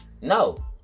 no